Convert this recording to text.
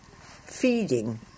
feeding